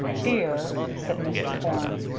dear, said mr. porne,